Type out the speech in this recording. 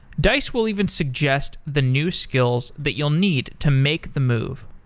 dice will even suggest the new skills that you'll need to make the move.